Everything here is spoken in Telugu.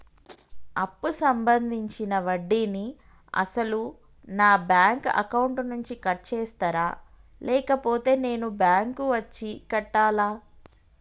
అప్పు సంబంధించిన వడ్డీని అసలు నా బ్యాంక్ అకౌంట్ నుంచి కట్ చేస్తారా లేకపోతే నేను బ్యాంకు వచ్చి కట్టాలా?